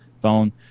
phone